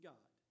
God